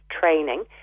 training